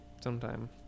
sometime